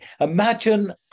Imagine